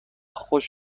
خشک